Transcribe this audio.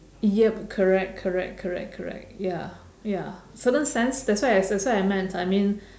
yup correct correct correct correct ya ya certain sense that's why I sa~ that's what I meant I mean